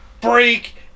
break